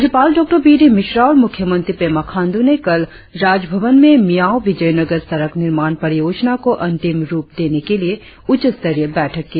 राज्यपाल डॉ B D Mishra और मुख्यमंत्री पेमा खांड् ने कल राज्यभवन में मिआओ विजायनगर सड़क निर्माण परियोजना को अंतिम रुप देने के लिए उच्च स्तरीय बैठक की